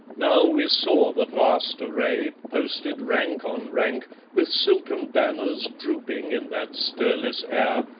now we saw the vast array, posted rank on rank with silken banners drooping in that stirless air,